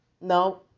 No